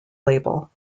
label